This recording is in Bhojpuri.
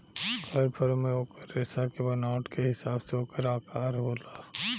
हर फल मे ओकर रेसा के बनावट के हिसाब से ओकर आकर होला